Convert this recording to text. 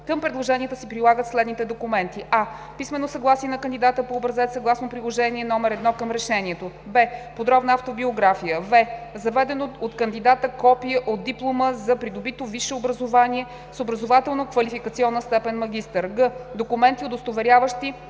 Към предложенията се прилагат следните документи: